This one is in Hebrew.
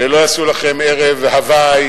ולא יעשו לכם ערב הווי,